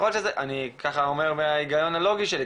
אני ככה אומר מההיגיון הלוגי שלי.